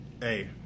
hey